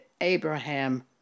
Abraham